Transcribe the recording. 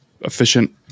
efficient